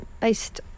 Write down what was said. based